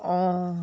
অঁ